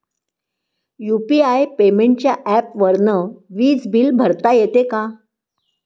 UPI पेमेंटच्या ऍपवरुन वीज बिल भरता येते का?